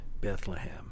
Bethlehem